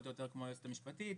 הכנסת.